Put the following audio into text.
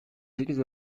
sekiz